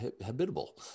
habitable